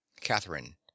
catherine